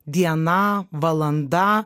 diena valanda